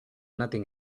nothing